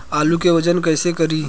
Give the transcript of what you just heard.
आलू के वजन कैसे करी?